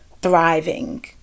thriving